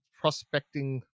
prospecting